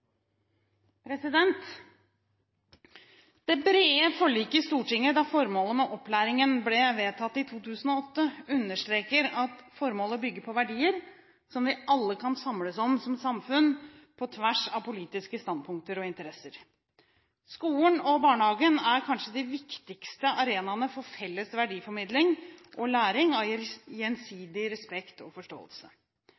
måte. Det brede forliket i Stortinget da formålet med opplæringen ble vedtatt i 2008, understreker at formålet bygger på verdier som vi alle kan samles om som samfunn, på tvers av politiske standpunkter og interesser. Skolen og barnehagen er kanskje de viktigste arenaene for felles verdiformidling og læring av